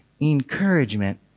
encouragement